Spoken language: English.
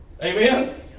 Amen